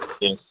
Yes